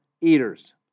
eaters